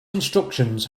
instructions